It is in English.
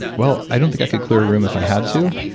well, i don't think i could clear a room if i had to,